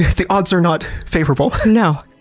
the odds are not favorable. no.